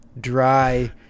dry